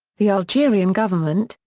the algerian government,